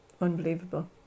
unbelievable